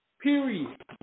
Period